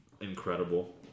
incredible